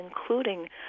including